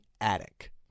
attic